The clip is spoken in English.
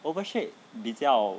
oval shape 比较